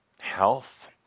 health